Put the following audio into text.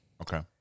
Okay